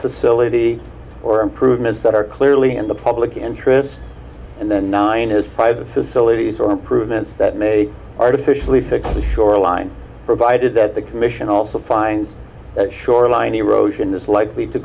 facility or improvements that are clearly in the public interest and then nine is private facilities or improvements that may artificially fix the shoreline provided that the commission also finds that shoreline